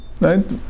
right